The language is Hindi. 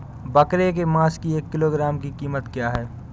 बकरे के मांस की एक किलोग्राम की कीमत क्या है?